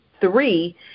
three